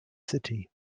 city